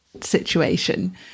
situation